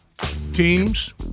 teams